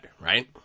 Right